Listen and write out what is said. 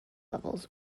levels